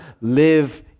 live